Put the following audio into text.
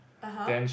(uh huh)